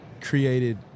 created